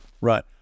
right